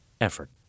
effort